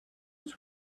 his